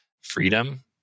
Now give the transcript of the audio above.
freedom